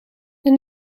then